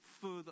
further